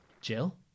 Jill